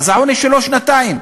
אז העונש שלו שנתיים,